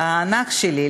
הענק שלי,